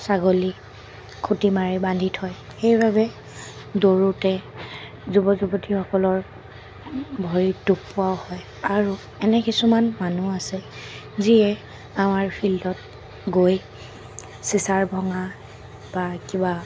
ছাগলী খুটি মাৰে বান্ধি থয় সেইবাবে দৌৰোঁতে যুৱ যুৱতীসকলৰ ভৰিত দুখ পোৱাও হয় আৰু এনে কিছুমান মানুহ আছে যিয়ে আমাৰ ফিল্ডত গৈ চিঁচা ভঙা বা কিবা